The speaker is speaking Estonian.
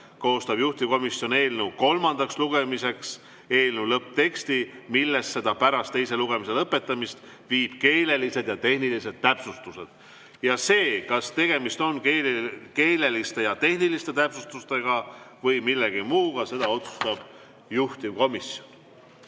koostab eelnõu kolmandaks lugemiseks eelnõu lõppteksti, millesse ta pärast teise lugemise lõpetamist viib keelelised ja tehnilised täpsustused. Ja seda, kas tegemist on keeleliste ja tehniliste täpsustustega või millegi muuga, otsustab juhtivkomisjon.